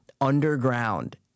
underground